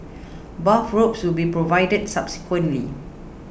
bathrobes should be provided subsequently